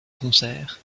concert